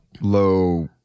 low